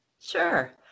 Sure